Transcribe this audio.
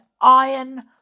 iron